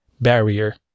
barrier